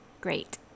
great